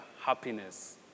happiness